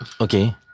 Okay